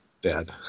dead